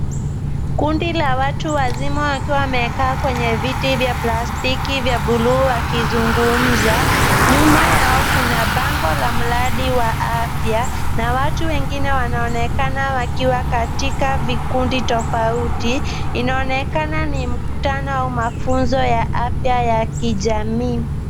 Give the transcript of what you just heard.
Kundi la watu wazima wakiwa wamekaa kwenye viti vya plastiki vya bluu wakizungumza. Nyuma yao, kuna bango la mradi wa afya na watu wengine wanaonekana wakiwa katika vikundi tofauti. Inaonekana ni mkutano wa mafunzo ya afya ya kijamii